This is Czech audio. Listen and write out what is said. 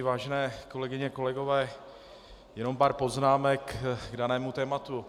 Vážené kolegyně, kolegové, jenom pár poznámek k danému tématu.